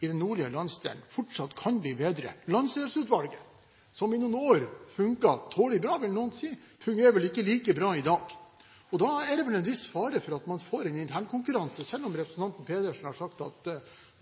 i den nordlige landsdelen fortsatt kan bli bedre. Landsdelsutvalget, som i noen år fungerte tålelig bra, vil noen si, fungerer vel ikke like bra i dag. Da er det en viss fare for at man får en intern konkurranse, selv om representanten Pedersen har sagt at